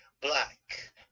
black